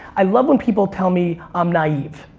i love when people tell me i'm naive,